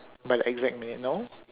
by the exact minute no